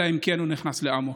אלא אם כן הוא נכנס לאמוק.